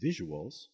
visuals